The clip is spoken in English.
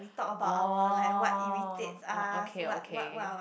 oh oh okay okay